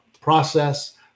process